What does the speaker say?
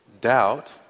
Doubt